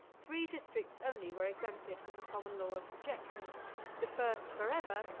three districts only were exempted from the common law of subjection the first forever,